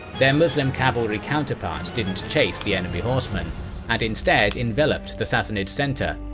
their muslim cavalry counterparts didn't chase the enemy horsemen and instead enveloped the sassanid center.